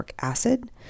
acid